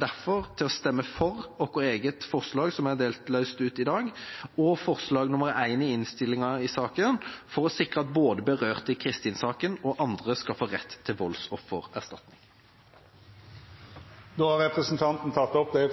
derfor til å stemme for sitt eget løse forslag, som er omdelt i dag, og forslag nr. 1 i innstillinga i saken for å sikre at både berørte i Kristin-saken og andre skal få rett til voldsoffererstatning. Representanten Kjell Ingolf Ropstad har teke opp det